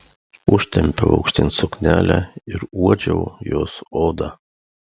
užtempiau aukštyn suknelę ir uodžiau jos odą